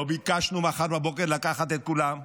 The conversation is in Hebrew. לא ביקשנו מחר בבוקר לקחת את כולם,